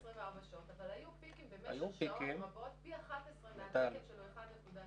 אבל היו פיקים במשך שעות רבות פי 11 מהתקן של 1.2%,